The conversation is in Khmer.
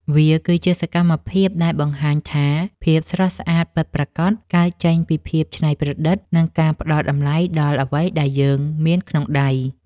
វាគឺជាសកម្មភាពដែលបង្ហាញថា ភាពស្រស់ស្អាតពិតប្រាកដ កើតចេញពីភាពច្នៃប្រឌិត និងការផ្ដល់តម្លៃដល់អ្វីដែលយើងមានក្នុងដៃ។